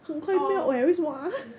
oh